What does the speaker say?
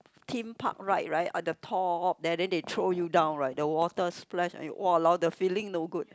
theme-park ride right on the top there then they throw you down right the water splash !walao! the feeling no good